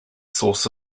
source